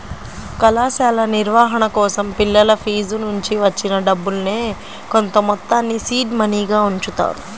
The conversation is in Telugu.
కళాశాల నిర్వహణ కోసం పిల్లల ఫీజునుంచి వచ్చిన డబ్బుల్నే కొంతమొత్తాన్ని సీడ్ మనీగా ఉంచుతారు